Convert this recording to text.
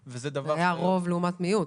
זה היה רוב לעומת מיעוט.